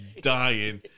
dying